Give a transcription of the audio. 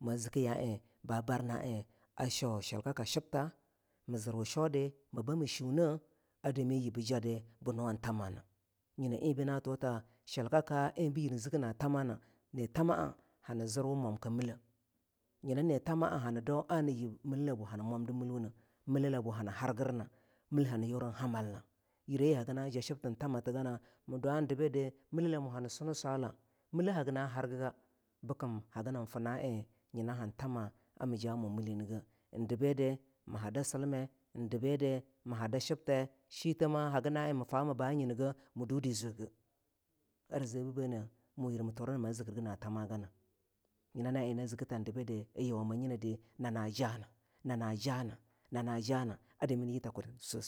ma zikiyu yueng a shau shilkaka shibtha mii zirwu sheau dii bah mii shunne a dami yibbi jadi bii nuwan thamanah nyina enbe na thahta shilkaka en bii yir ziki na thamana nii thamaa hani zirwu mwamka milleh nyina nii thamaa hani dau ana yib milelaboah hani harginah millhani yurin hamalna yire yi hagina ja shib than tin thamatigana mii dwang dibidi milelamo hani sue nii swala mille hagina hargiga kikim hagi nam fii naeng han thamah mii jahniga ein debi di mii hada silmeh ein debidi mii ha shibtheh shiteh mah hagin naein mii fa mii banyini geh mii duedu zwegeh ar ze bii beneh mue yir mu thur a ana mah zikirgi nathamaganah nyina na eing na zikita ein debedi a yuwa nyinedi nana ja nana ja nana jana a dami nii yii takudi nana suah